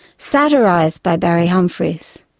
satirised by barry humphries.